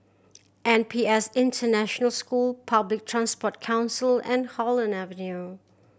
N P S International School Public Transport Council and Holland Avenue